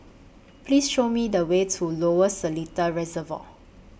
Please Show Me The Way to Lower Seletar Reservoir